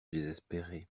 désespéré